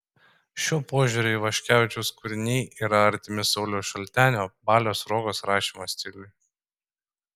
šiuo požiūriu ivaškevičiaus kūriniai yra artimi sauliaus šaltenio balio sruogos rašymo stiliui